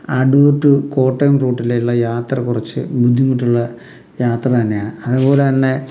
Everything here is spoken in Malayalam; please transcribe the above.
അടുർ ടു കോട്ടയം റൂട്ടിലുള്ള യാത്ര കുറച്ച് ബുദ്ധിമുട്ടുള്ള യാത്ര തന്നെയാണ് അതുപോലെ തന്നെ